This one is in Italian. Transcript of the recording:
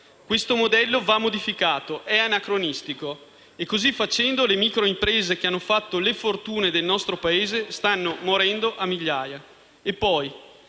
Questo modello va modificato, è anacronistico. Così facendo, le microimprese, che hanno fatto la fortuna del nostro Paese, stanno morendo a migliaia.